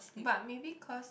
but maybe cause